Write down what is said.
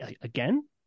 again